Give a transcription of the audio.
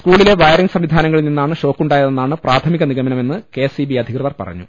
സ്കൂളിലെ വയറിംഗ് സംവിധാനങ്ങളിൽ നിന്നാണ് ഷോക്കുണ്ടായതെന്നാണ് പ്രാഥമിക നിഗമനമെന്ന് കെ എസ് ഇ ബി അധികൃതർ പറഞ്ഞു